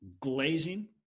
Glazing